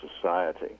society